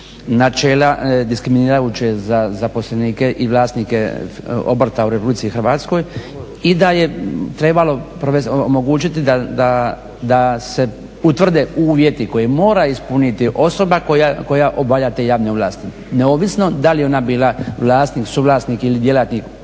načela diskriminirajuće za zaposlenike i vlasnike obrta u Republici Hrvatskoj i da je trebalo omogućiti da se utvrde uvjeti koje mora ispuniti osoba koja obavlja te javne ovlasti neovisno da li ona bila vlasnik, suvlasnik ili djelatnik